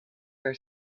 her